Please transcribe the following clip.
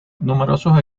numerosos